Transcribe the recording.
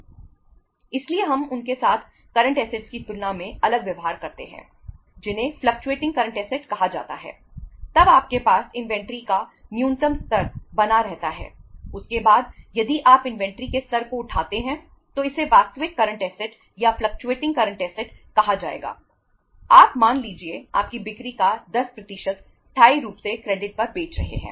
इसलिए उन्हें permanent current assets पर बेच रहे है